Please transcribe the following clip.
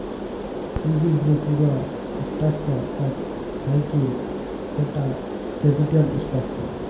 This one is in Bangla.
পুঁজির যে পুরা স্ট্রাকচার তা থাক্যে সেটা ক্যাপিটাল স্ট্রাকচার